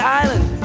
island